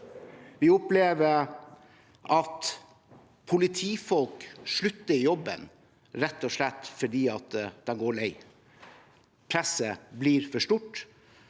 Vi opplever at politifolk slutter i jobben, rett og slett fordi de går lei. Presset blir for stort.